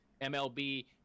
MLB